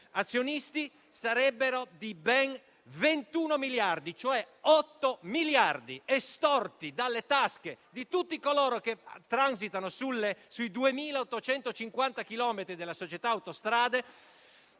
azionisti, sarebbero ben 21 miliardi, cioè 8 miliardi estorti dalle tasche di tutti coloro che transitano sui 2.850 chilometri della società Autostrade,